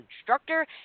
instructor